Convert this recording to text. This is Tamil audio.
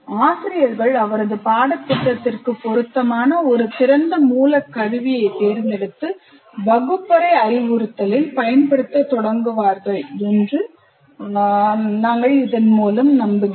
ஆசிரியர்கள் அவரது பாடத்திட்டத்திற்கு பொருத்தமான ஒரு திறந்த மூல கருவியைத் தேர்ந்தெடுத்து வகுப்பறை அறிவுறுத்தலில் பயன்படுத்தத் தொடங்குவார்கள் என்று நம்புகிறோம்